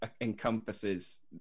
encompasses